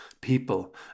people